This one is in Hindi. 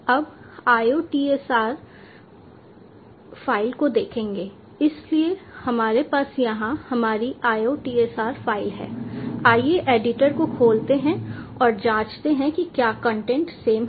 अब IOTSR फ़ाइल को देखेंगे इसलिए हमारे पास यहां हमारी IOTSR फ़ाइल है आइए एडिटर को खोलते हैं और जाँचते हैं कि क्या कंटेंट सेम है